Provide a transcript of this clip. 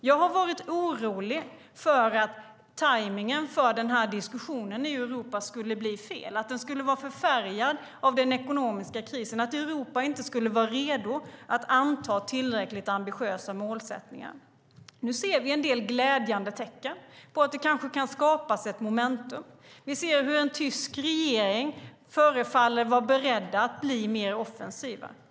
Jag har varit orolig för att tajmningen för diskussionen i Europa skulle bli fel, att den skulle vara alltför färgad av den ekonomiska krisen, att Europa inte skulle vara redo att anta tillräckligt ambitiösa målsättningar. Nu ser vi en del glädjande tecken på att det kanske kan skapas ett momentum. Vi ser hur en tysk regering förefaller vara beredd att bli mer offensiv.